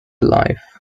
life